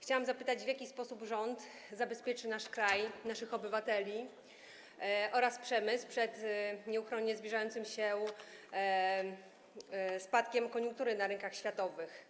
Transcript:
Chciałam zapytać, w jaki sposób rząd zabezpieczy nasz kraj, naszych obywateli oraz przemysł przed nieuchronnie zbliżającym się spadkiem koniunktury na rynkach światowych.